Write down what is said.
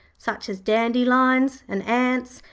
such as dandelions, and ants,